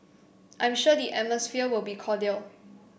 I'm sure the atmosphere will be cordial